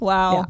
Wow